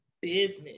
business